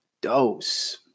dose